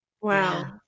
Wow